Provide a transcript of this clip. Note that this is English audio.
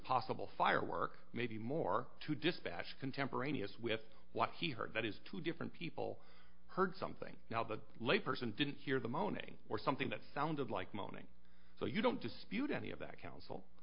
possible firework maybe more to dispatch contemporaneous with what he heard that is two different people heard something now the layperson didn't hear the moaning or something that sounded like moaning so you don't dispute any of that accoun